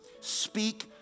Speak